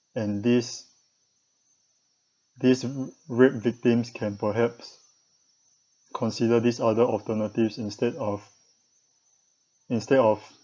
and this this rape victims can perhaps consider these other alternatives instead of instead of